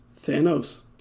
Thanos